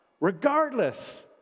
regardless